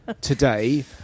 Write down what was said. today